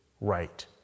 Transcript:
right